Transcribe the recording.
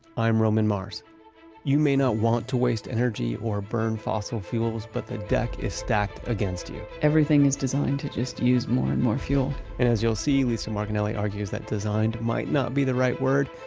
i'm roman mars you may not want to waste energy or burn fossil fuels, but the deck is stacked against you everything is designed to just use more and more fuel and as you'll see, lisa margonelli argues that designed might not be the right word,